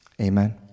Amen